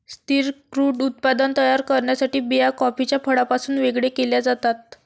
स्थिर क्रूड उत्पादन तयार करण्यासाठी बिया कॉफीच्या फळापासून वेगळे केल्या जातात